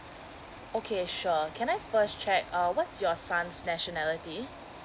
okay sure can I first check uh what's your son's nationality